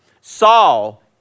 Saul